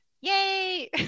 yay